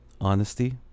honesty